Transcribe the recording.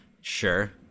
Sure